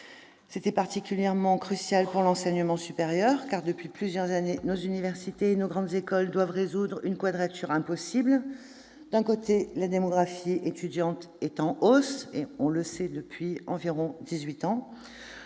C'était particulièrement crucial pour l'enseignement supérieur, car, depuis plusieurs années, nos universités et nos grandes écoles doivent résoudre une quadrature impossible : d'un côté, la démographie étudiante est en hausse, on le sait depuis environ